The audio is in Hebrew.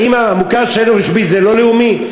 האם המוכר שאינו רשמי זה לא לאומי?